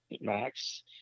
max